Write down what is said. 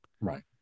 Right